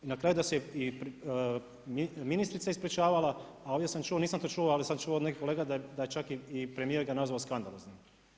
I na kraju da se ministrica ispričavala, a ovdje, nisam to čuo ali sam čuo od nekih kolega da je čak i premijer ga nazvao skandaloznim.